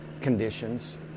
conditions